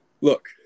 Look